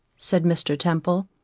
said mr. temple.